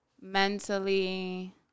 mentally